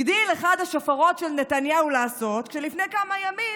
הגדיל אחד השופרות של נתניהו לעשות כשלפני כמה ימים